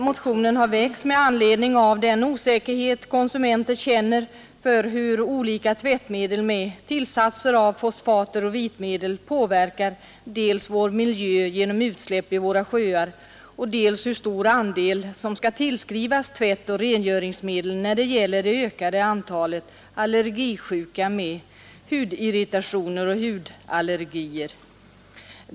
Motionen har väckts bl.a. med anledning av den osäkerhet konsumenter känner för hur olika tvättmedel med tillsatser av fosfater och vitmedel påverkar vår miljö genom utsläpp i våra sjöar. En annan anledning till motionen är ovissheten om hur stor del av det ökade antalet hudirritationer och hudallergier som skall tillskrivas tvättoch rengöringsmedel.